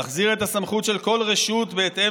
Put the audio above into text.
להחזיר את הסמכות של כל רשות בהתאם